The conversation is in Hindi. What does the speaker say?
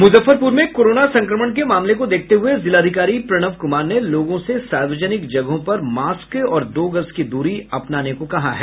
मुजफ्फरपुर में कोरोना संक्रमण के मामले को देखते हुए जिलाधिकारी प्रणव कुमार ने लोगों से सार्वजनिक जगहों पर मास्क और दो गज की दूरी अपनाने को कहा है